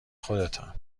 خودتان